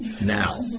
now